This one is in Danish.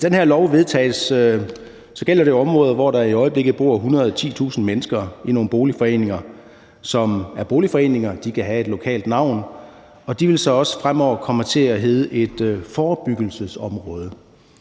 Hvis det her lovforslag vedtages, gælder det jo områder, hvor der i øjeblikket bor 110.000 mennesker i nogle boligforeninger. Det er boligforeninger – de kan have et lokalt navn – og de vil så også fremover komme til at hedde forebyggelsesområder.